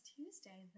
Tuesday